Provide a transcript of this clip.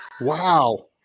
Wow